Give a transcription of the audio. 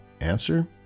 Answer